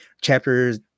chapters